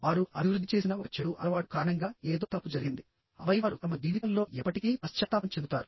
వారు అభివృద్ధి చేసిన ఒక చెడు అలవాటు కారణంగా ఏదో తప్పు జరిగింది ఆపై వారు తమ జీవితంలో ఎప్పటికీ పశ్చాత్తాపం చెందుతారు